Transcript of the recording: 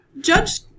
Judge